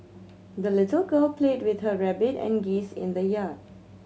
the little girl played with her rabbit and geese in the yard